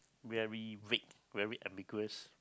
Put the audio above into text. very vague very ambiguous